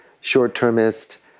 short-termist